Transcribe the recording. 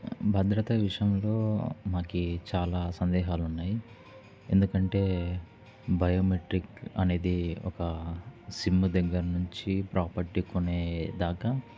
భద్రత విషయంలో మాకు చాలా సందేహాలున్నాయి ఎందుకంటే బయోమెట్రిక్ అనేది ఒక సిమ్ దగ్గర నుంచి ప్రాపర్టీ కొనే దాకా